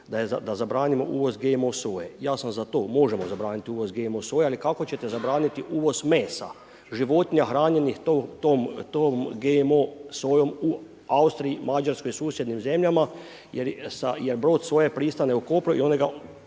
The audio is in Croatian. da zabranimo uvoz GMO soje. Ja sam za to, možemo zabraniti uvoz GMO soje ali kako ćete zabraniti uvoz mesa, životinja hranjenih tom GMO sojom u Austriji, Mađarskoj, susjednim zemljama jer broj od soje .../Govornik se ne razumije./...